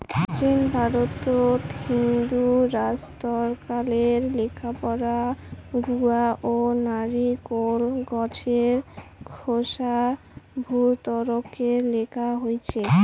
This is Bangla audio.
প্রাচীন ভারতত হিন্দু রাজত্বকালে লেখাপড়া গুয়া ও নারিকোল গছের খোসার ভূর্জত্বকে লেখা হইচে